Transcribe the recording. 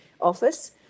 office